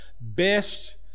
best